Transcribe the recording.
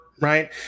right